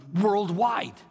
worldwide